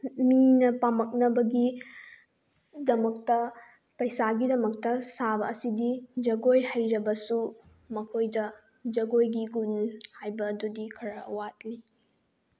ꯃꯤꯅ ꯄꯥꯝꯃꯛꯅꯕꯒꯤꯗꯃꯛꯇ ꯄꯩꯁꯥꯒꯤꯗꯃꯛꯇ ꯁꯥꯕ ꯑꯁꯤꯗꯤ ꯖꯒꯣꯏ ꯍꯩꯔꯕꯁꯨ ꯃꯈꯣꯏꯗ ꯖꯒꯣꯏꯒꯤ ꯒꯨꯜ ꯍꯥꯏꯕ ꯑꯗꯨꯗꯤ ꯈꯔ ꯋꯥꯠꯂꯤ